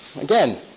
again